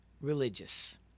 religious